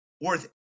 worth